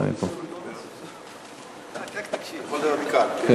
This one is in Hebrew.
אני יכול לדבר מכאן, כן?